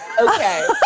Okay